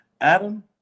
Adam